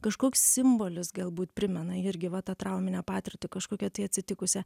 kažkoks simbolis galbūt primena irgi va tą trauminę patirtį kažkokią tai atsitikusią